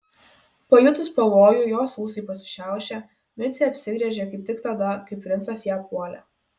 pajutus pavojų jos ūsai pasišiaušė micė apsigręžė kaip tik tada kai princas ją puolė